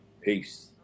Peace